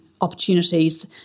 opportunities